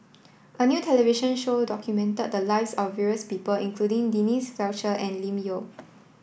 a new television show documented the lives of various people including Denise Fletcher and Lim Yau